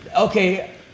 okay